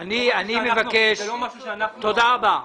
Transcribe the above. לא משהו שאנחנו --- תודה רבה.